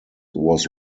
was